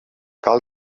cal